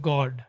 God